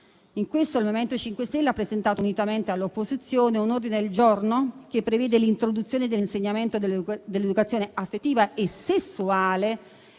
riguardo il MoVimento 5 Stelle ha presentato, unitamente all'opposizione, un ordine del giorno che prevede l'introduzione dell'insegnamento dell'educazione affettiva e sessuale,